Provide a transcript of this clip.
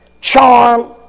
charm